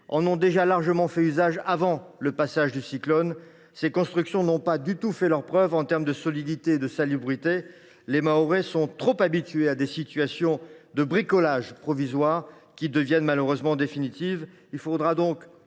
en faisaient déjà largement usage avant le passage du cyclone. Ces constructions n’ont pas du tout fait leurs preuves en termes de solidité et de salubrité. Les Mahorais sont trop habitués à des situations de bricolage provisoire qui deviennent définitives. Il faudra donc